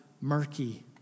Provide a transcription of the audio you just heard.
murky